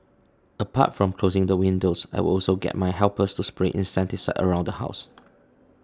apart from closing the windows I would also get my helper to spray insecticide around the house